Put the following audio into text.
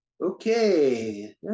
okay